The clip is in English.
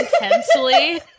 intensely